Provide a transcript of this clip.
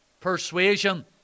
persuasion